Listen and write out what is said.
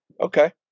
Okay